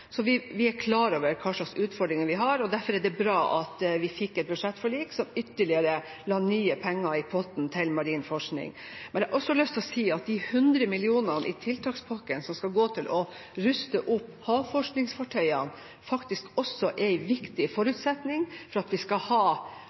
Vi er klar over hvilke utfordringer vi har, og derfor er det bra at vi fikk et budsjettforlik som ytterligere la nye penger i potten til marin forskning. Men jeg har også lyst til å si at de 100 mill. kr i tiltakspakken som skal gå til å ruste opp havforskningsfartøyene, faktisk også er en viktig forutsetning for at vi skal ha